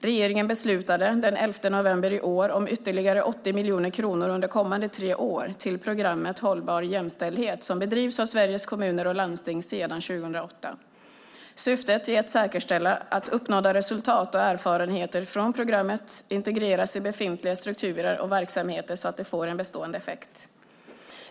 Regeringen beslutade den 11 november i år om ytterligare 80 miljoner kronor under kommande tre år till programmet Hållbar jämställdhet som bedrivs av Sveriges Kommuner och Landsting sedan 2008. Syftet är att säkerställa att uppnådda resultat och erfarenheter från programmet integreras i befintliga strukturer och verksamheter så att de får en bestående effekt.